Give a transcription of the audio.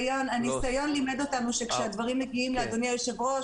הניסיון לימד אותנו שכאשר הדברים מגיעים לאדוני היושב ראש,